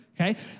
okay